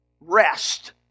rest